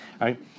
right